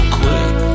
quick